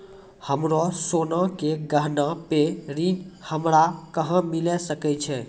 हमरो सोना के गहना पे ऋण हमरा कहां मिली सकै छै?